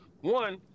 One